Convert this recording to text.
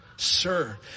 Sir